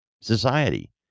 society